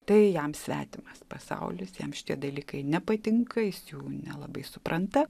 tai jam svetimas pasaulis jam šitie dalykai nepatinka jis jų nelabai supranta